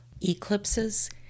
Eclipses